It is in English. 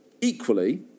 Equally